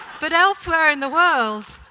but elsewhere in the world,